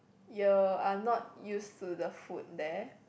you are not used to the food there